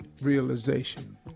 realization